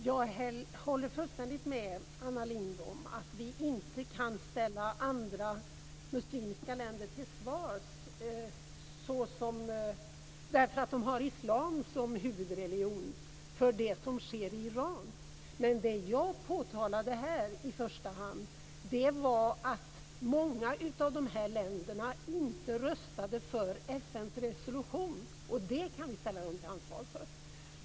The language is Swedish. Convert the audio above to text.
Fru talman! Jag håller fullständigt med Anna Lindh om att vi inte kan ställa andra muslimska länder till svars, därför att de har islam som huvudreligion, för det som sker i Iran. Men det jag påtalade här i första hand var att många av de här länderna inte röstade för FN:s resolution, och det kan vi ställa dem till ansvar för.